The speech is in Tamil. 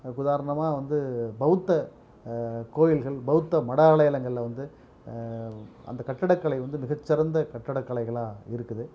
அதுக்கு உதாரணமாக வந்து பௌத்த கோவில்கள் பௌத்த மட ஆலயங்களில் வந்து அந்த கட்டிடக் கலை வந்து மிகச் சிறந்த கட்டிடக் கலைகளாக இருக்குது